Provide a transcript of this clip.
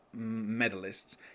medalists